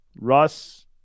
Russ